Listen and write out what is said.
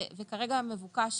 כרגע מבוקש